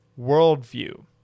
worldview